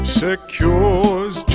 secures